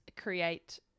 create